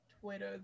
Twitter